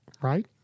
right